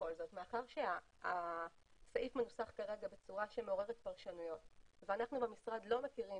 מאחר שהסעיף מנוסח כרגע בצורה שמעוררת פרשנויות ואנחנו במשרד לא מכירים